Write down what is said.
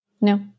No